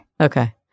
Okay